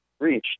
reached